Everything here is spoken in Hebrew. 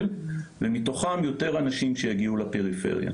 ומתוכם יותר אנשים שיגיעו לפריפריה,